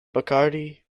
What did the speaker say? bacardi